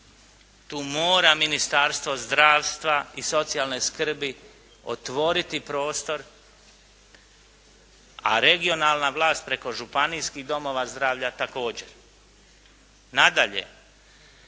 Tu mora Ministarstvo zdravstva i socijalne skrbi otvoriti prostor, a regionalna vlast preko županijskih domova zdravlja također. Nadalje,